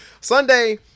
Sunday